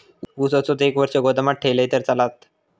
ऊस असोच एक वर्ष गोदामात ठेवलंय तर चालात?